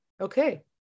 Okay